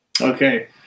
Okay